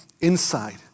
inside